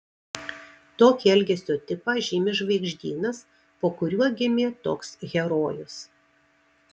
tokį elgesio tipą žymi žvaigždynas po kuriuo gimė toks herojus